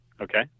Okay